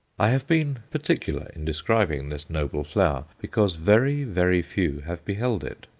i have been particular in describing this noble flower, because very, very few have beheld it.